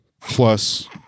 plus